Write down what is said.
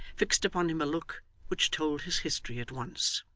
fixed upon him a look which told his history at once.